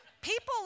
People